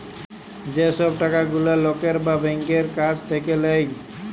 যে সব টাকা গুলা লকের বা ব্যাংকের কাছ থাক্যে লায়